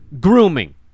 grooming